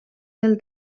del